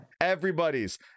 everybody's